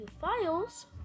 files